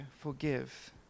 forgive